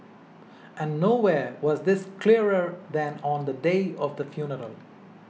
and nowhere was this clearer than on the day of the funeral